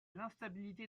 l’instabilité